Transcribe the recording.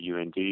UND